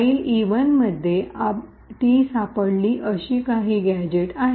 file e1 मध्ये ती सापडली अशी काही गॅझेट्स आहेत